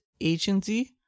agency